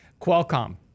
Qualcomm